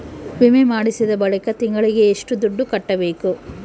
ವಿಮೆ ಮಾಡಿಸಿದ ಬಳಿಕ ತಿಂಗಳಿಗೆ ಎಷ್ಟು ದುಡ್ಡು ಕಟ್ಟಬೇಕು?